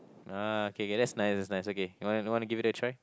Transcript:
ah okay okay that's nice that's nice okay you want you want to give it a try